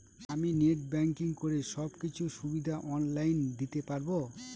আমি net banking করে সব কিছু সুবিধা অন লাইন দিতে পারবো?